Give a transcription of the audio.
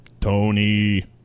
Tony